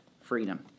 freedom